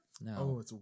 No